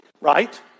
right